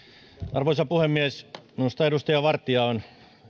arvoisa puhemies minusta edustaja vartia on